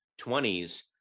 20s